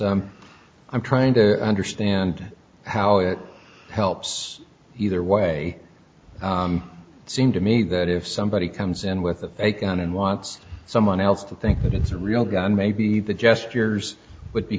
i'm trying to understand how it helps either way it seemed to me that if somebody comes in with a fake on and wants someone else to think that it's a real gun maybe the gestures would be